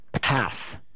path